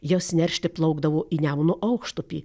jos neršti plaukdavo į nemuno aukštupį